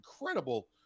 incredible